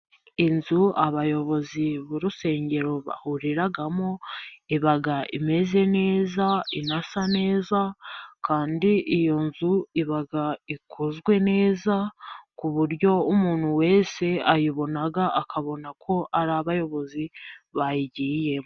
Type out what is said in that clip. Inzu abayobozi b'urusengero bahuriragamo, ibaga imeze neza inasa neza, kandi iyo nzu ibaga ikozwe neza ku buryo umuntu wese ayibonaga akabona ko ari abayobozi bayigiyemo.